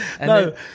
no